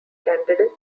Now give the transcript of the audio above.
candidates